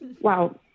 Wow